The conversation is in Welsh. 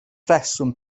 rheswm